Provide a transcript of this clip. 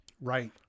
Right